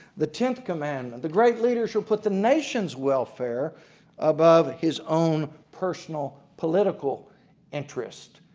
the tenth commandment the great leader shall put the nation's welfare above his own personal political interests.